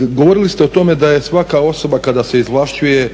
Govorili ste o tome da je svaka osoba kada se izvlaščuje,